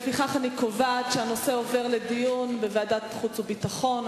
לפיכך אני קובעת שהנושא יועבר לדיון בוועדת החוץ והביטחון.